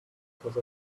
because